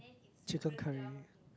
chicken curry